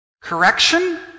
correction